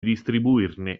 distribuirne